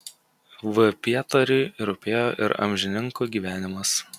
v pietariui rūpėjo ir amžininkų gyvenimas